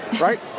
right